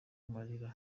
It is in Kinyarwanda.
amarira